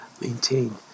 maintain